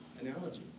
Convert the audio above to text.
analogy